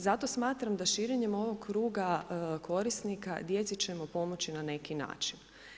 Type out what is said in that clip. Zato smatram da širenjem ovog kruga korisnika, djeci ćemo pomoći na neki način.